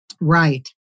Right